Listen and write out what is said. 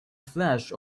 flash